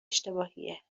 اشتباهیه